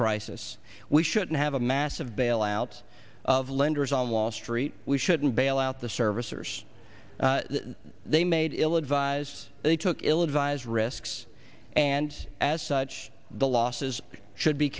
crisis we shouldn't have a massive bailout of lenders on wall street we shouldn't bail out the servicers they made ill advised they took ill advised risks and as such the losses should be